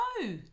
No